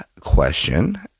question